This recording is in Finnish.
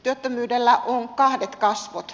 työttömyydellä on kahdet kasvot